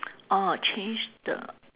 orh change the